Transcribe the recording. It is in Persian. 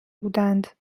بودند